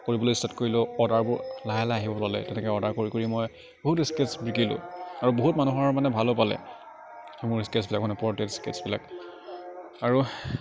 কৰিবলৈ ষ্টাৰ্ট কৰিলোঁ অৰ্ডাৰবোৰ লাহে লাহে আহিবলৈ ল'লে তেনেকে অৰ্ডাৰ কৰি কৰি মই বহুত স্কেটছ বিকিলো আৰু বহুত মানুহৰ মানে ভালো পালে মোৰ স্কেটছবিলাক মানে পৰ্ট্ৰেইট স্কেটছবিলাক আৰু